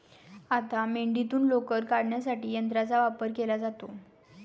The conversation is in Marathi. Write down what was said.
आता मेंढीतून लोकर काढण्यासाठी यंत्राचा वापर केला जातो